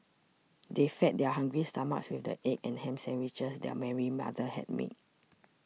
they fed their hungry stomachs with the egg and ham sandwiches that Mary's mother had made